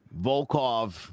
Volkov